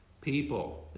people